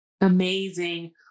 amazing